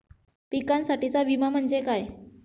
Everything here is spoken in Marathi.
पिकांसाठीचा विमा म्हणजे काय?